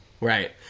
Right